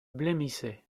blêmissaient